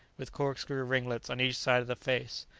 with corkscrew ringlets on each side of the face.